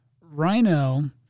Rhino